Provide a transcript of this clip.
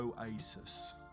oasis